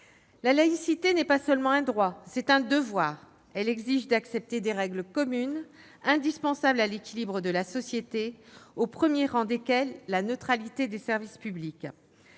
La laïcité n'est pas seulement un droit ; c'est un devoir ! Elle exige d'accepter des règles communes, indispensables à l'équilibre de la société, au premier rang desquelles la neutralité des services publics.